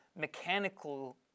mechanical